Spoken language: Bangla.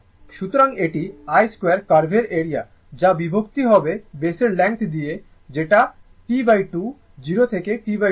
সুতরাং এটি I 2 কার্ভের এরিয়া যা বিভক্ত হবে বেসের লেংথ দিয়ে যেটা T2 0 থেকে T2